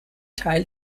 teil